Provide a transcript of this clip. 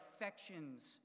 affections